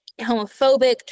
homophobic